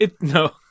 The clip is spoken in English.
No